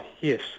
yes